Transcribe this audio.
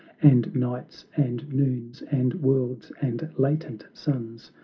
and nights and noons, and worlds and latent suns,